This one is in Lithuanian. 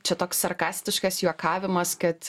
čia toks sarkastiškas juokavimas kad